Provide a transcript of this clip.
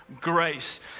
grace